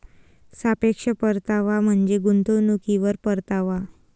सापेक्ष परतावा म्हणजे गुंतवणुकीवर परतावा